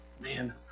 Man